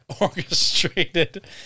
orchestrated